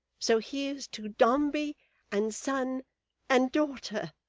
so here's to dombey and son and daughter